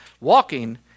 walking